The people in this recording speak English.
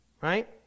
Right